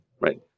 right